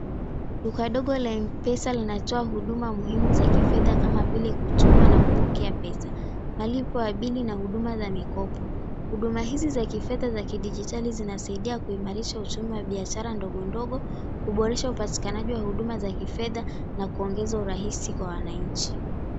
Duka dogo la MPESA linatoa huduma muhimu za kifedha kama vile kutuma na kupokea pesa ,malipo ya deni na huduma za mikopo. Huduma hizi za kifedha za kidijitali zinasaidia kuimarisha uchumi wa biashara ndogo ndogo, kuboresha upatikanaji wa huduma za kifedha na kuongeza urahisi kwa wananchi.